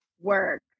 work